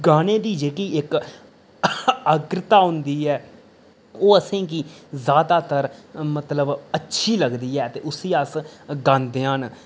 गाने दी जेह्की इक आग्रता होंदी ऐ ओह् असेंगी ज़्यादातर मतलब अच्छी लगदी ऐ ते उसी अस गांदे आ न